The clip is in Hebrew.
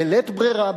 בלית ברירה,